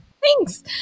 thanks